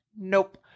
nope